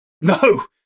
No